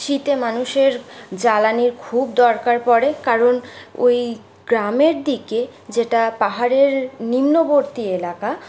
শীতে মানুষের জ্বালানীর খুব দরকার পড়ে কারণ ওই গ্রামের দিকে যেটা পাহাড়ের নিম্নবর্তী এলাকা